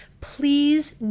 Please